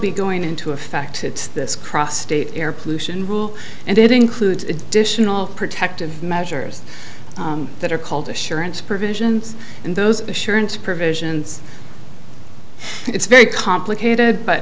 be going into effect this cross state air pollution rule and it includes additional protective measures that are called assurance provisions and those assurance provisions it's very complicated but